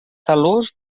tal·lus